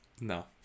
no